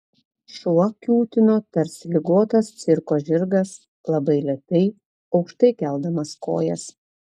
šuo kiūtino tarsi ligotas cirko žirgas labai lėtai aukštai keldamas kojas